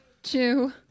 Two